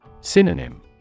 Synonym